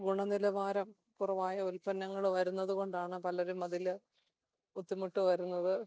ഗുണനിലവാരം കുറവായ ഉൽപ്പന്നങ്ങൾ വരുന്നതുകൊണ്ടാണ് പലരും അതിൽ ബുദ്ധിമുട്ട് വരുന്നത്